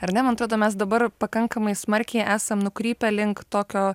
ar ne man atrodo mes dabar pakankamai smarkiai esam nukrypę link tokio